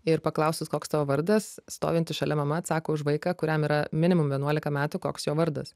ir paklaustas koks tavo vardas stovinti šalia mama atsako už vaiką kuriam yra minimum vienuolika metų koks jo vardas